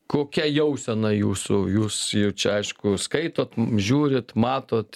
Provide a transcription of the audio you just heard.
kokia jausena jūsų jūs jau čia aišku skaitot žiūrit matot